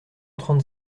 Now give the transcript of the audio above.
trente